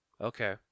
Okay